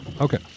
Okay